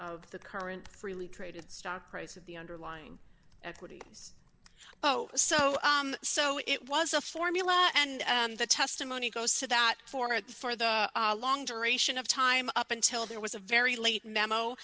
of the current freely traded stock price of the underlying equities oh so so it was a formula and the testimony goes to that for the for the long duration of time up until there was a very late memo